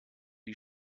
die